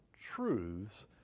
truths